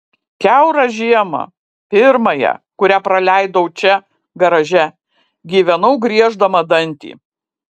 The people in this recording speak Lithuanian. kiaurą žiemą pirmąją kurią praleidau čia garaže gyvenau grieždama dantį